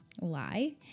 lie